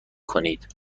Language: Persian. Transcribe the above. کنید